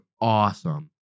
awesome